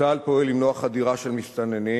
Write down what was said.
צה"ל פועל למנוע חדירה של מסתננים,